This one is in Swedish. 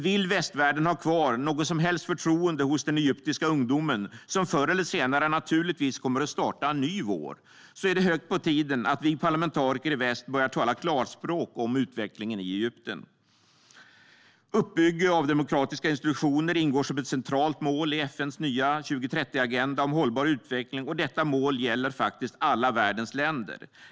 Vill västvärlden ha kvar något som helst förtroende hos den egyptiska ungdomen, som förr eller senare naturligtvis kommer att starta en ny vår, är det hög tid att vi parlamentariker i väst börjar tala klarspråk om utvecklingen i Egypten. Uppbyggnad av demokratiska institutioner ingår som ett centralt mål i FN:s nya 2030-agenda om hållbar utveckling, och detta mål gäller faktiskt alla världens länder.